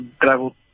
travel